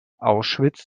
auschwitz